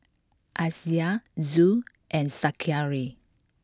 Aisyah Zul and Zakaria